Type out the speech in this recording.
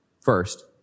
First